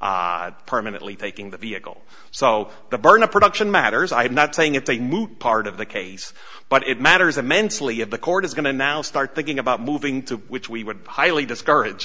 for permanently taking the vehicle so the burden of production matters i'm not saying if they move part of the case but it matters a mentally of the court is going to now start thinking about moving to which we would highly discourage